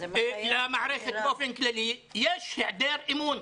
במערכת באופן כללי יש היעדר אמון.